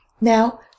Now